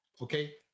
okay